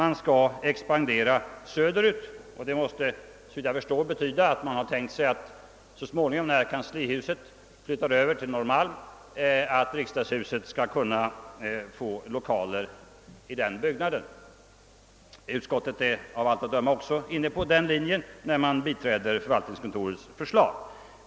Man skall expandera söderut, vilket, såvitt jag förstår, betyder att man har tänkt sig att riksdagen så småningom, när kanslihuset flyttar över till Norrmalm, skall kunna få lokaler i den byggnaden. Utskottet är av allt att döma också inne på den linjen när man biträder förvaltningskontorets förslag.